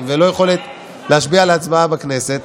ולא יכולת להשפיע על ההצבעה בכנסת,